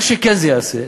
מה שכן זה יעשה,